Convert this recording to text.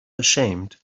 ashamed